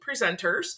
presenters